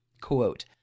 quote